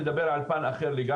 הזה.